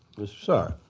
mr. saar.